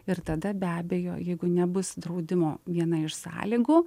ir tada be abejo jeigu nebus draudimo viena iš sąlygų